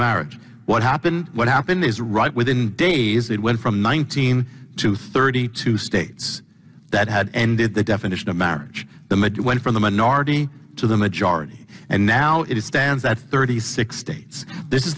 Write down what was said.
marriage what happened what happened is right within days it went from nineteen to thirty two states that had ended the definition of marriage the mid went from the minority to the majority and now it stands at thirty six states this is